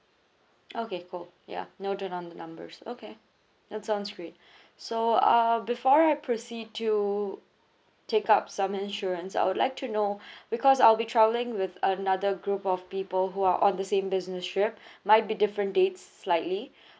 okay cool ya noted on the numbers okay that's sounds great so uh before I proceed to take up some insurance I would like to know because I'll be travelling with another group of people who are on the same business trip might be different dates slightly